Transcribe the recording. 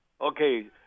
Okay